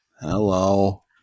Hello